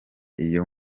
iyo